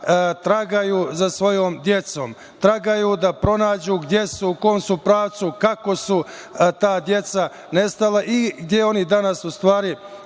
tragaju za svojom decom. Tragaju da pronađu gde su, u kom su pravcu, kako su ta deca nestala i gde oni danas u stvari